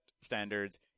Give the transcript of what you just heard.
standards